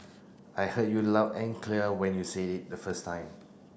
I heard you loud and clear when you said it the first time